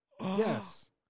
Yes